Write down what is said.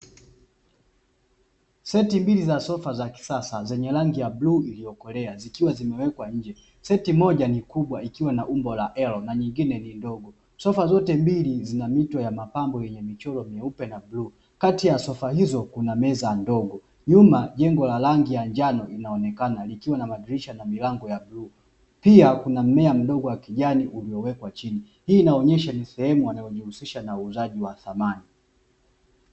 Seti mbili za sofa za kisasa zenye rangi ya bluu iliyokolea zikiwa zimewekwa kwa nje. Seti moja ni kubwa ikiwa na umbo la -L na nyingine ni ndogo. Sofa zote mbili zina mito ya mapambo yenye michoro nyeupe na bluu, kati ya sofa hizo kuna meza ndogo. Nyuma jengo la rangi ya njano linaonekana likiwa na madirisha na milango ya bluu. Pia kuna mmea mdogo wa kijani iliowekwa chini. Hii inaonyesha ni sehemu wanayojihusisha na uuzaji wa samani.